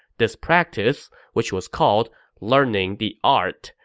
this practice, which was called learning the art,